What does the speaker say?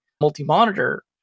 multi-monitor